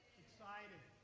excited.